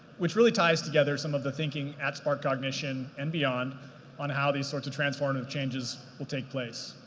which really ties together some of the thinking at sparkcognition and beyond on how these sorts of transformative changes will take place.